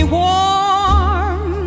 warm